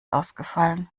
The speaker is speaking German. ausgefallen